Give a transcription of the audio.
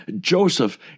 Joseph